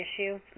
issue